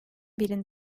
birin